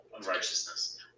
unrighteousness